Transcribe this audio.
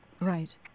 Right